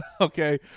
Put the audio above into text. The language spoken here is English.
okay